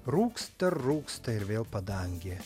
rūksta rūksta ir vėl padangė